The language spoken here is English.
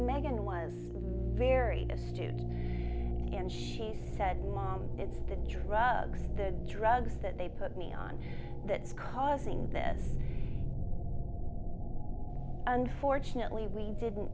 meghan was very astute and she said mom it's the drugs the drugs that they put me on that is causing this unfortunately we didn't